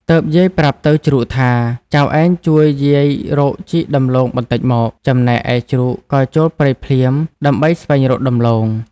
ទើបយាយប្រាប់ទៅជ្រូកថា ចៅឯងជួយយាយរកជីកដំឡូងបន្ដិចមក ចំណែកឯជ្រូកក៏ចូលព្រៃភ្លាម ដើម្បីស្វែងរកដំឡូង។